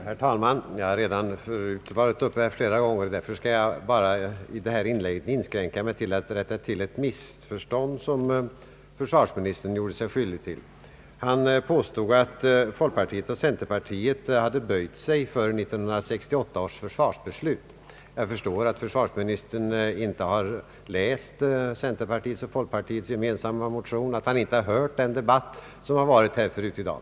Herr talman! Jag har redan haft! ordet flera gånger och skall därför i detta inlägg bara rätta ett missförstånd som försvarsministern gjorde sig skyldig till. Han påstod att folkpartiet och centerpartiet hade böjt sig för 1968 års försvarsbeslut. Jag förstår att försvarsministern inte har läst centerpartiets och folkpartiets gemensamma motion och inte hört debatten här i kammaren förut i dag.